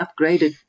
upgraded